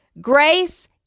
Grace